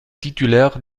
titulaire